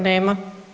Nema.